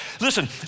Listen